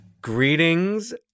Greetings